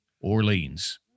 Orleans